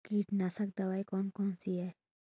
कीटनाशक दवाई कौन कौन सी हैं?